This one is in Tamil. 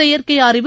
செயற்கை அறிவு